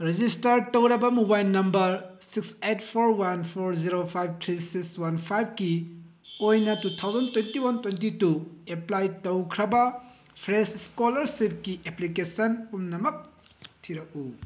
register ꯇꯧꯔꯒ mobile number six eight four one four zero five three six one ꯐꯥꯏꯚꯀꯤ ꯑꯣꯏꯅ two thousand twenty one twenty two apply ꯇꯧꯈ꯭ꯔꯕ fresh ꯏꯁꯀꯣꯂꯔꯁꯤꯞꯀꯤ application ꯄꯨꯝꯅꯃꯛ ꯊꯤꯔꯛꯎ